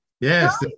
Yes